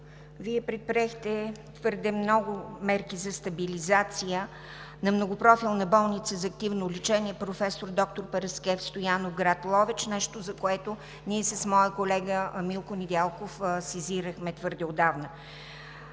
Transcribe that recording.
Вие предприехте твърде много мерки за стабилизация на Многопрофилна болница за активно лечение „Професор Параскев Стоянов“ АД – град Ловеч, нещо, за което ние с моя колега Милко Недялков сезирахме отдавна.